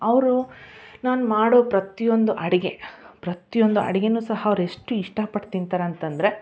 ಅವರು ನಾನು ಮಾಡೋ ಪ್ರತಿಯೊಂದು ಅಡುಗೆ ಪ್ರತಿಯೊಂದು ಅಡುಗೆಯೂ ಸಹ ಅವ್ರು ಎಷ್ಟು ಇಷ್ಟಪಟ್ಟು ತಿಂತಾರೆ ಅಂತ ಅಂದ್ರೆ